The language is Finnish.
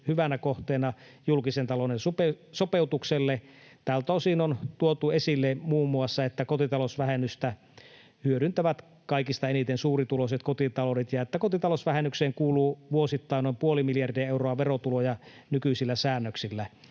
hyvänä kohteena julkisen talouden sopeutukselle. Tältä osin on tuotu esille muun muassa, että kotitalousvähennystä hyödyntävät kaikista eniten suurituloiset kotitaloudet ja että kotitalousvähennykseen kuluu vuosittain noin puoli miljardia euroa verotuloja nykyisillä säännöksillä.